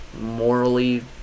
morally